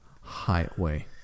highway